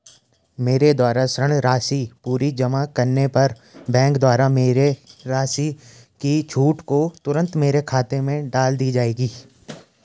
मेरे द्वारा ऋण राशि पूरी जमा करने पर बैंक द्वारा मेरी राशि की छूट को तुरन्त मेरे खाते में डाल दी जायेगी?